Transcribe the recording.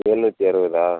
எழுநூற்றி அறுபவதா